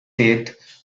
death